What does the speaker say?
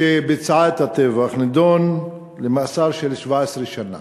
שביצעה את הטבח, נידון למאסר של 17 שנה,